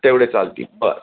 तेवढे चालतील बरं